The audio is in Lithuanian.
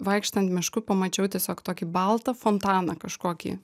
vaikštant mišku pamačiau tiesiog tokį baltą fontaną kažkokį